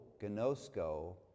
Gnosko